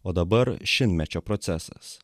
o dabar šimtmečio procesas